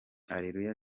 areruya